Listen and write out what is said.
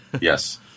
yes